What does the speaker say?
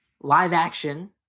live-action